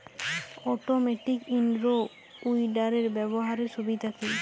Automatic in row উইডারের ব্যবহারের সুবিধা কি?